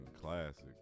classic